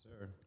sir